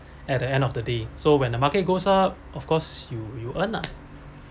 at the end of the day so when the market goes up of course you you earn lah